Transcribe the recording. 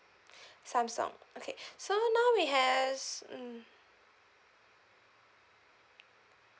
samsung okay so now we have mm